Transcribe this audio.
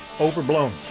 Overblown